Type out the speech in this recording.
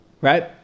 Right